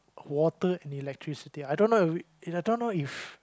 water and electricity I don't know I don't know if